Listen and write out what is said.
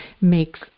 makes